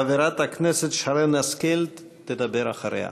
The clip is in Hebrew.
חברת הכנסת שרן השכל תדבר אחריה.